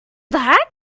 that